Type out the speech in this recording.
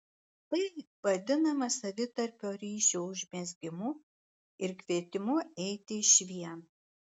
tai vadinama savitarpio ryšio užmezgimu ir kvietimu eiti išvien